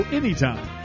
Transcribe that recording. anytime